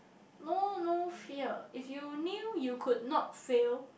know no fear if you knew you could not fail